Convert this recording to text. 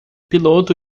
piloto